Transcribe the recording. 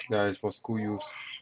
yeah is for school use